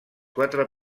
quatre